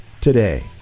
today